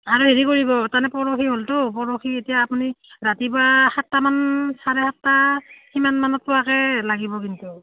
আৰু হেৰি কৰিব তাৰমানে পৰহি হ'লতো পৰহি এতিয়া আপুনি ৰাতিপুৱা সাতটামান চাৰে সাতটা কিমান মানত পোৱাকে লাগিব কিন্তু